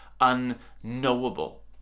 unknowable